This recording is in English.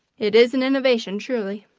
it is an innovation, surely!